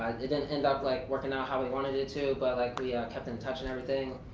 and didn't end up like working ah how we wanted it to but like we kept in touch and everything.